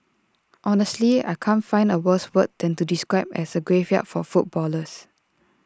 honestly I can't find A worse word than to describe as A graveyard for footballers